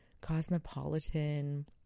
Cosmopolitan